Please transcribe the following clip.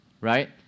right